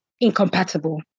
incompatible